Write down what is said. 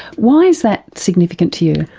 why is that significant to you?